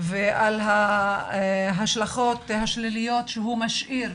ועל ההשלכות השליליות שהוא משאיר,